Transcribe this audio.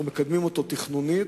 אנחנו מקדמים אותו תכנונית.